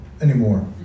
anymore